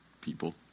people